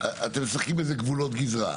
אתם משחקים בתוך גבולות גזרה.